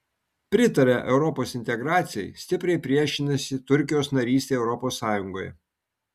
pritaria europos integracijai stipriai priešinasi turkijos narystei europos sąjungoje